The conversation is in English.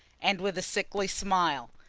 and with a sickly smile.